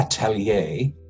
atelier